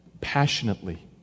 Passionately